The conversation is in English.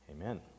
Amen